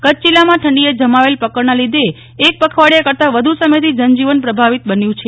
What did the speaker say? કચ્છ જિલ્લામાં ઠંડીએ જમાવેલ પકડના લીધે એક પખવાડીયા કરતા વધુ સમયથી જનજીવન પ્રભાવીત બન્યું છે